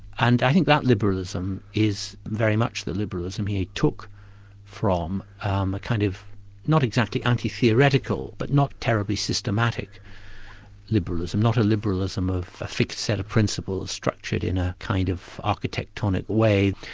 and i think that liberalism is very much the liberalism he took from um a kind of not exactly anti-theoretical, but not terribly systematic liberalism, not a liberalism of a fixed set of principles structured in a kind of architectonic way.